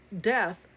death